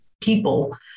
people